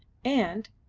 and,